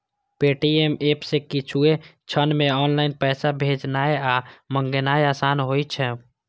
Paytm app सं किछुए क्षण मे ऑनलाइन पैसा भेजनाय आ मंगेनाय आसान होइ छै